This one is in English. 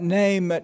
name